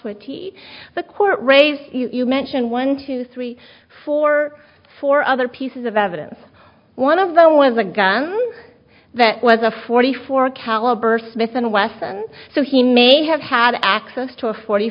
twitty the court raise you mentioned one two three four four other pieces of evidence one of them was a gun that was a forty four caliber smith and wesson so he may have had access to a forty